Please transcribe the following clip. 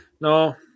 No